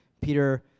Peter